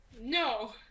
No